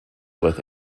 with